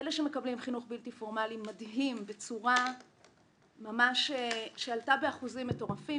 שמקבלים חינוך בלתי-פורמלי בצורה שעלתה באחוזים מטורפים.